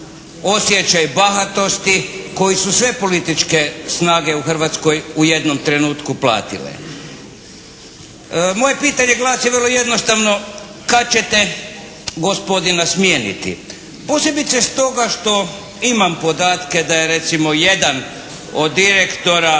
osjećaj bahatosti koji su sve političke snage u Hrvatskoj u jednom trenutku platile? Moje pitanje glasi vrlo jednostavno, kad ćete gospodina smijeniti? Posebice stoga što imam podatke da je recimo jedan od direktora